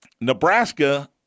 Nebraska